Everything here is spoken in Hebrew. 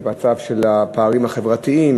את מצב הפערים החברתיים,